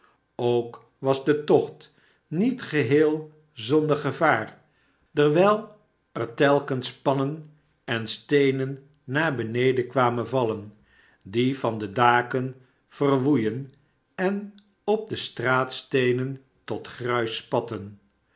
ook was de tocht niet geheel zonder gevaar dewijl er telkens pannen en steenen naar beneden kwamen vallen die van de daken verwoeien en op de straatsteenen tot gruis spatten